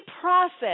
process